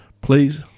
please